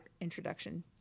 introduction